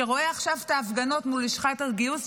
שרואה עכשיו את ההפגנות מול לשכת הגיוס,